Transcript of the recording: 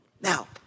Now